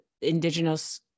Indigenous